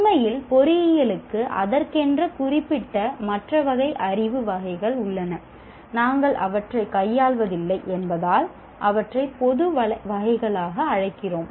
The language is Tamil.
உண்மையில் பொறியியலுக்கு அதற்கென்ற குறிப்பிட்ட மற்ற வகை அறிவு வகைகள் உள்ளன நாங்கள் அவற்றைக் கையாள்வதில்லை என்பதால் அவற்றை பொது வகைகளாக அழைக்கிறோம்